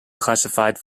classified